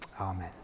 amen